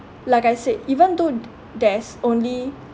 like I said even though there's only